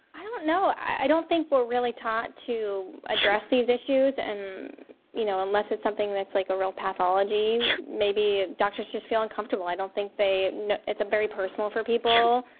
i don't know. i don't think we're really taught to address these issues, and you know unless it's something that's like a real pathology maybe doctors just feel uncomfortable. i don't think they. it's very personal for people.